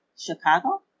Chicago